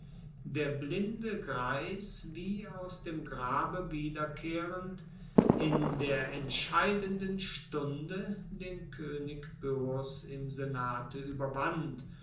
der blinde greis wie aus dem grabe wiederkehrend in der entscheidenden stunde den koenig pyrrhos im senate ueberwand